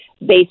based